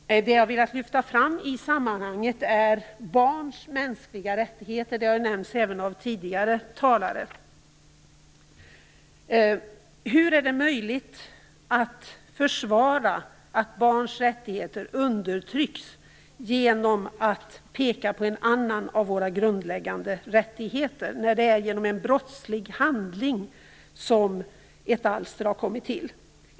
Herr talman! Det jag har velat lyfta fram i sammanhanget är barns mänskliga rättigheter. Det har nämnts även av tidigare talare. Hur är det möjligt att försvara att barns rättigheter undertrycks genom att peka på en annan av våra grundläggande rättigheter, när det är genom en brottslig handling som ett alster har kommit till?